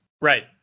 Right